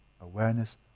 awareness